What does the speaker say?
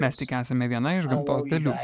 mes tik esame viena iš gamtos dalių